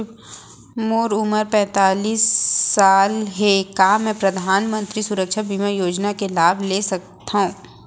मोर उमर पैंतालीस साल हे का मैं परधानमंतरी सुरक्षा बीमा योजना के लाभ ले सकथव?